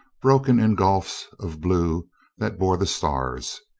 broken in gulfs of blue that bore the stars.